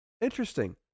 Interesting